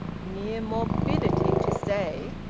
mere morbidity to say,